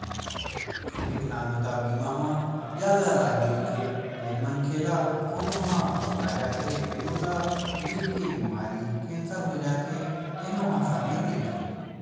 बिकलांगता बीमा म जादा लागे रहिथे तेन मनखे ला कोनो ह पगला जाथे तेनो ला दिल के बेमारी, केंसर हो जाथे तेनो ह सामिल रहिथे